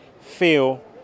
feel